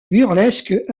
burlesque